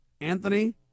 Anthony